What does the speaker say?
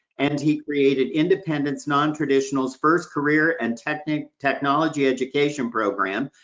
and he created independence non-traditional's first career and technology technology education program,